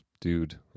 dude